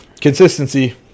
consistency